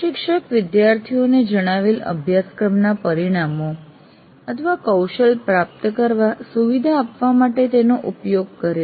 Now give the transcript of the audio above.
પ્રશિક્ષક વિદ્યાર્થીઓને જણાવેલ અભ્યાસક્રમના પરિણામો અથવા કૌશલ પ્રાપ્ત કરવા સુવિધા આપવા માટે તેનો ઉપયોગ કરે છે